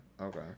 okay